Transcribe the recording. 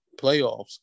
playoffs